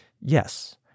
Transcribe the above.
yes